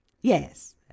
yes